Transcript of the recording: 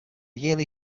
yearly